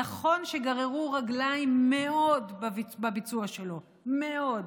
נכון שגררו רגליים מאוד בביצוע שלו, מאוד,